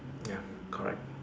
ya correct